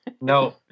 No